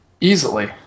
Easily